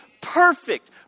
perfect